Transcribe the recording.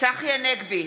צחי הנגבי,